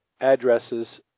addresses